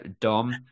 Dom